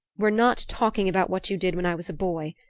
we're not talking about what you did when i was a boy.